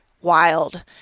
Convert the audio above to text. wild